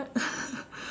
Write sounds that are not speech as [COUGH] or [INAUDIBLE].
[LAUGHS]